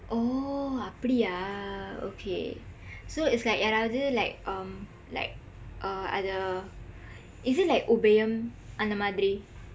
oh அப்படியா:appadiyaa okay so it's like யாராவது:yaaraavathu like um like uh அத:atha is it like உபயம் அந்த மாதிரி:upayam andtha maathiri